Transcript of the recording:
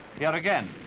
here again,